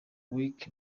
week